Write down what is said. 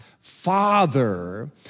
father